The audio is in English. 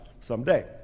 someday